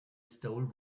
stole